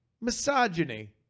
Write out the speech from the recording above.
Misogyny